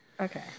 Okay